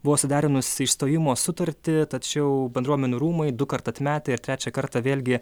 buvo suderinus išstojimo sutartį tačiau bendruomenių rūmai dukart atmetė ir trečią kartą vėlgi